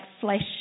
flesh